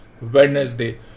Wednesday